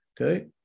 okay